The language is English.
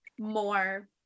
more